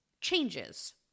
changes